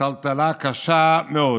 טלטלה קשה מאוד.